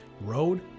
road